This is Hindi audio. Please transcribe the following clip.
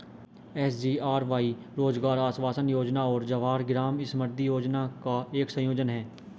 एस.जी.आर.वाई रोजगार आश्वासन योजना और जवाहर ग्राम समृद्धि योजना का एक संयोजन है